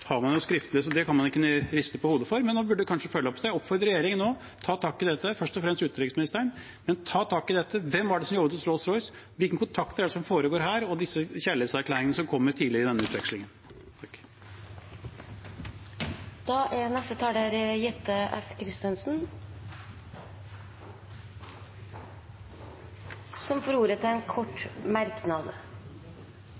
har man skriftlig, så det kan man ikke riste på hodet for. Men man burde kanskje følge det opp. Jeg oppfordrer regjeringen nå, først og fremst utenriksministeren: Ta tak i dette! Hvem var det som jobbet hos Rolls-Royce? Hvilke kontakter foregår, disse kjærlighetserklæringene som kom tidligere i denne utvekslingen? En kort merknad om to ting: Det ene er dette med tidsaspektet. Problemet med tiden er ikke nødvendigvis tiden fra januar til konklusjon. Det synes jeg er en